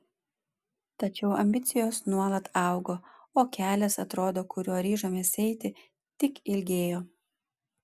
tačiau ambicijos nuolat augo o kelias atrodo kuriuo ryžomės eiti tik ilgėjo